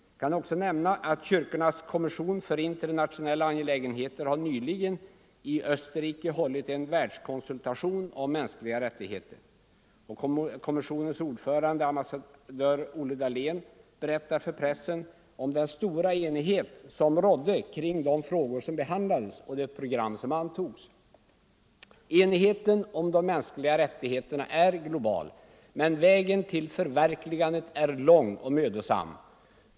Kyrkornas kommission för internationella angelägenheter har nyligen = Ang. läget i i Österrike hållit en världskonsultation om mänskliga rättigheter. Kom = Mellersta Östern, missionens ordförande, ambassadör Olle Dahlén, berättar för pressen om = m.m. den stora enighet som rådde kring de frågor som behandlades och det program som antogs. Enigheten om de mänskliga rättigheterna är global. Men vägen till förverkligandet är lång och mödosam.